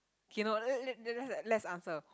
okay no l~ l~ let~ let's answer